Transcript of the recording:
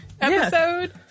episode